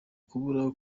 kubura